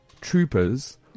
troopers